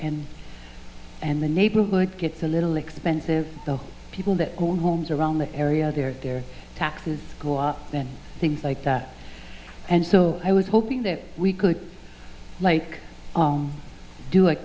and and the neighborhood gets a little expensive the people that own homes around the area there their taxes go up then things like that and so i was hoping that we could like do a